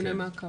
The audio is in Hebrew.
כן.